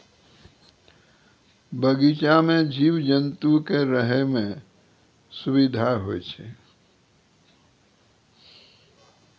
बगीचा सें जीव जंतु क रहै म सुबिधा होय छै